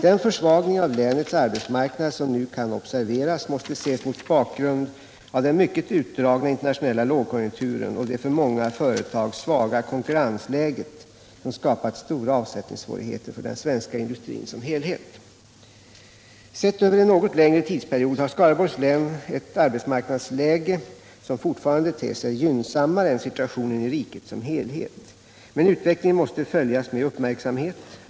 Den försvagning av länets arbetsmarknad som nu kan observeras måste ses mot bakgrund av den mycket utdragna internationella lågkonjunkturen och det för många företag svaga konkurrensläget, som skapat stora avsättningssvårigheter för den svenska industrin som helhet. Sett över en något längre tidsperiod har Skaraborgs län ett arbetsmarknadsläge som fortfarande ter sig gynnsammare än situationen i riket som helhet. Men utvecklingen måste följas med uppmärksamhet.